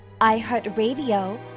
iHeartRadio